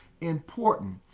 important